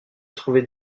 trouvé